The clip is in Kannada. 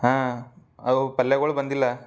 ಹಾಂ ಅವ ಪಲ್ಯಗಳು ಬಂದಿಲ್ಲ